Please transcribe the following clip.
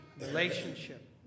relationship